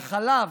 החלב,